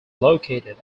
located